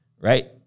right